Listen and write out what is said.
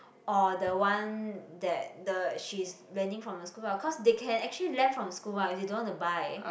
or the one that the she's lending from the school ah cause they can actually lend from school one if they don't want to buy